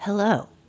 Hello